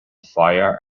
fire